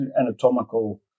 anatomical